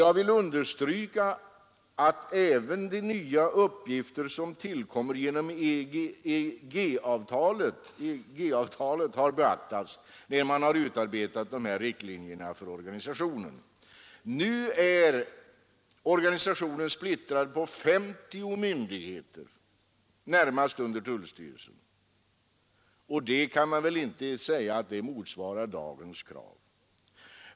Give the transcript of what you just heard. Jag vill understryka att även de nya uppgifter som tillkommer genom EG-avtalet har beaktats när man har utarbetat de här riktlinjerna för organisationen. Nu är organisationen splittrad på 50 myndigheter närmast under tullstyrelsen. Man kan väl inte säga att det motsvarar dagens krav.